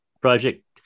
project